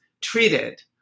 treated